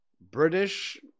British